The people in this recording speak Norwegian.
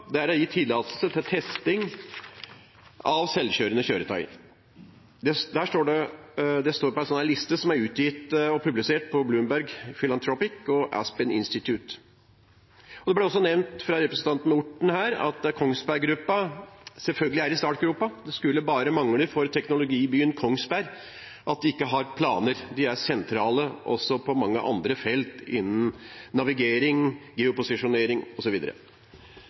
der det er gitt tillatelse til testing av selvkjørende kjøretøy. Det står å lese på en liste som er utgitt og publisert av Bloomberg Philanthropies og Aspen Institute. Det ble også nevnt fra representanten Orten her at Kongsberg Gruppen er i startgropen. Det skulle bare mangle for teknologibyen Kongsberg at de ikke har planer. De er sentrale også på mange andre felt, innen navigering,